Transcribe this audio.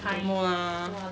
don't know ah